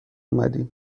اومدی